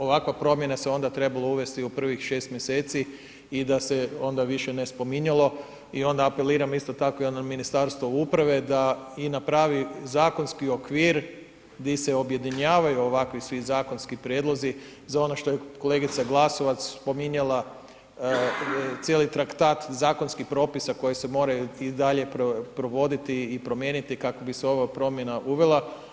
Ovakva promjena se onda trebala uvesti u prvih 6 mjeseci i da se onda više ne spominjalo i onda apeliram isto tako i na Ministarstvo uprave da napravi zakonski okvir gdje se objedinjavaju ovakvi svi zakonski prijedlozi za ono što je kolegica Glasovac spominjala, cijeli traktat zakonskih propisa koji se moraju i dalje provoditi i promijeniti kako bi se ova promjena uvela.